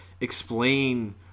explain